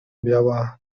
biała